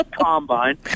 combine